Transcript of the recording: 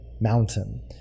mountain